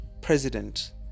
president